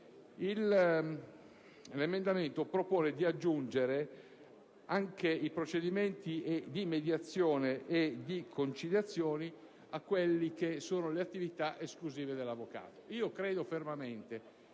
L'emendamento propone di aggiungere i procedimenti di mediazione e di conciliazione alle attività esclusive dell'avvocato. Credo fermamente